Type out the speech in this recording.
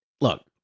look